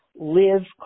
Live